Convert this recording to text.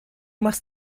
machst